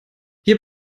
hier